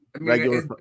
regular –